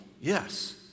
Yes